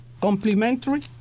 complementary